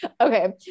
okay